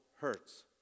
hurts